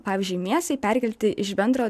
pavyzdžiui mėsai perkelti iš bendro